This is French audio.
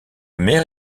mère